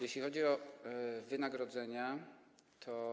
Jeśli chodzi o wynagrodzenia, to